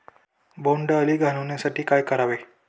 बोंडअळी घालवण्यासाठी काय करावे?